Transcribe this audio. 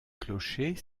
clocher